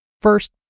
first